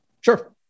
Sure